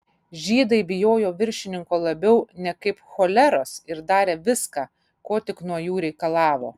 žydai bijojo viršininko labiau nekaip choleros ir darė viską ko tik nuo jų reikalavo